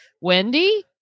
Wendy